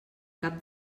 cap